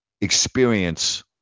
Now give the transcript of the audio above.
experience